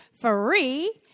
free